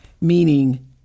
meaning